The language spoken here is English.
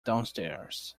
downstairs